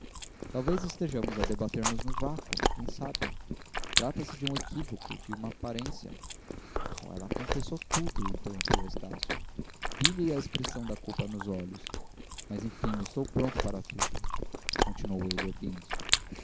talvez estejamos a debater nos no vácuo quem sabe trata-se de um equívoco de uma aparência oh ela confessou tudo interrompeu estácio vi-lhe a expressão da culpa nos olhos mas enfim estou pronto para tudo continuou ele erguendo-se